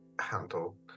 handle